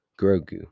grogu